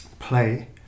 play